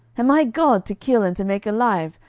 am i god, to kill and to make alive,